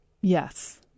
Yes